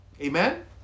Amen